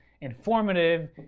informative